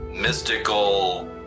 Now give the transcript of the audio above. mystical